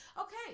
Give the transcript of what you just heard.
Okay